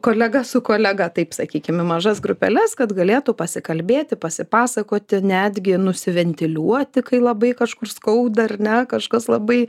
kolega su kolega taip sakykim į mažas grupeles kad galėtų pasikalbėti pasipasakoti netgi nusiventiliuoti kai labai kažkur skauda ar ne kažkas labai